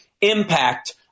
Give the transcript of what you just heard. impact